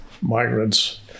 migrants